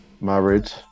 Married